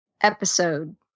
episode